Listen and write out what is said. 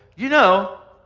you know,